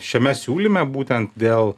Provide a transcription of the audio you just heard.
šiame siūlyme būtent dėl